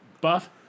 Buff